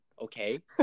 okay